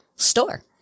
store